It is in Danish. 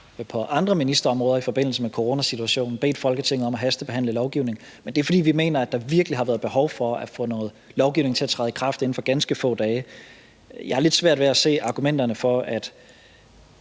på andre ministerområder i forbindelse med coronasituationen bedt Folketinget om at hastebehandle lovgivning, men det er, fordi vi mener, at der virkelig har været behov for at få noget lovgivning til at træde i kraft inden for ganske få dage. Jeg har lidt svært ved at se argumenterne for, at